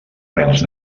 rels